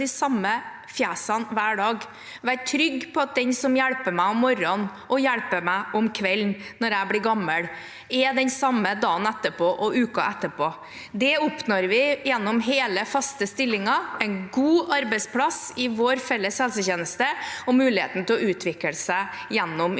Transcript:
være trygg på at den som hjelper meg om morgenen og hjelper meg om kvelden når jeg blir gammel, er den samme dagen etter og uka etter. Det oppnår vi gjennom hele, faste stillinger, en god arbeidsplass i vår felles helsetjeneste og muligheten til å utvikle seg gjennom yrkeskarrieren.